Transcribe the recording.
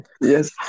Yes